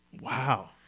Wow